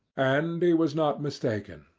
and he was not mistaken,